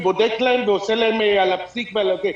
שבודק להם ועושה להם עניינים על הפסיק ועל הנקודה.